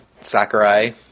Sakurai